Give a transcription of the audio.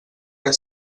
que